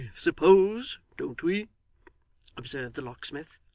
suppose, don't we observed the locksmith.